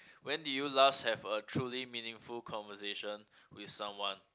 when did you last have a truly meaningful conversation with someone